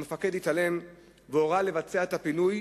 המפקד התעלם והורה לבצע את הפינוי.